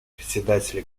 председателя